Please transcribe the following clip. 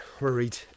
worried